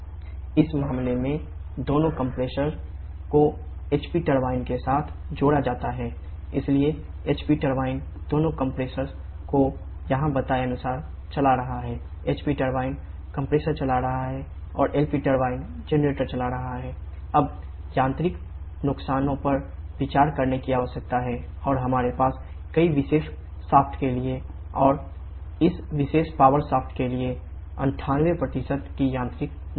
इस मामले में दोनों कंप्रेशर्स के लिए 98 की यांत्रिक दक्षता है